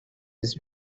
his